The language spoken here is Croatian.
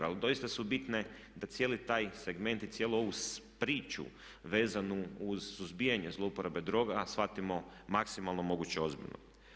Ali doista su bitne da cijeli taj segment i cijelu ovu priču vezanu uz suzbijanje zlouporabe droga shvatimo maksimalno moguće ozbiljno.